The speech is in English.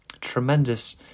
tremendous